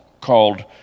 called